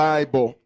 Bible